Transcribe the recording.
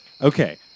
Okay